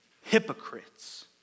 hypocrites